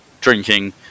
drinking